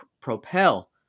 propel